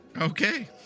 Okay